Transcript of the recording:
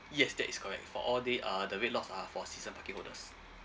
yes that is correct for all day uh the red lot are for season parking holders